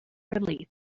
relief